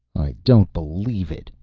i don't believe it!